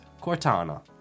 Cortana